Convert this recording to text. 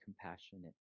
compassionate